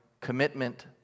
commitment